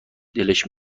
دلش